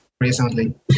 recently